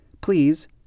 please